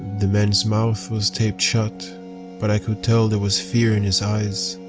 the man's mouth was taped shut but i could tell there was fear in his eyes.